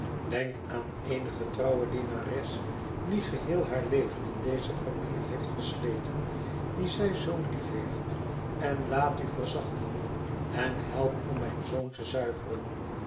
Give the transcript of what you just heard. denk aan eene getrouwe dienares die geheel haar leven in deze familie heeft gesleten die zij zoo liefheeft en laat u verzachten en help om mijn zoon te zuiveren